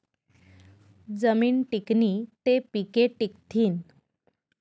जमीन टिकनी ते पिके टिकथीन